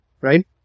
right